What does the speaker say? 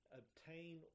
obtain